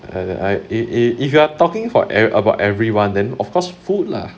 and I if if if you are talking for e~ about everyone then of course food lah